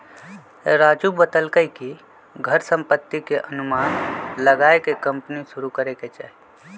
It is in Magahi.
राजू बतलकई कि घर संपत्ति के अनुमान लगाईये के कम्पनी शुरू करे के चाहि